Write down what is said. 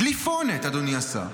דליפונת, אדוני השר,